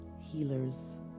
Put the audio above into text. healers